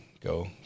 go